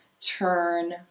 turn